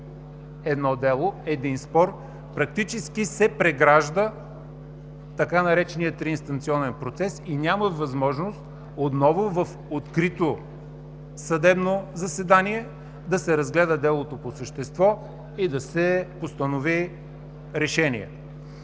едно дело, един спор, практически се прегражда така нареченият „триинстанционен“ процес и няма възможност отново в открито съдебно заседание да се разгледа делото по същество и да се постанови решение.